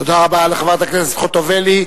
תודה רבה לחברת הכנסת חוטובלי.